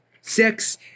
six